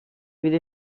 with